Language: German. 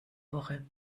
woche